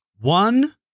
One